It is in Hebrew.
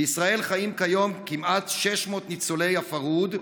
בישראל חיים כיום כמעט 600 ניצולי הפרהוד,